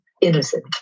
innocent